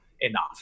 enough